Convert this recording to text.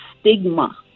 stigma